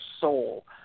soul